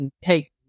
hey